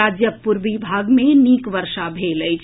राज्यक पूर्वी भाग मे नीक बर्षा भेल अछि